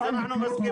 אז אנחנו מסכימים.